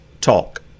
talk